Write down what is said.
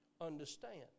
understand